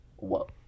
whoa